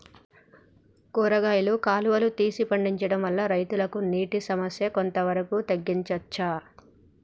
కూరగాయలు కాలువలు తీసి పండించడం వల్ల రైతులకు నీటి సమస్య కొంత వరకు తగ్గించచ్చా?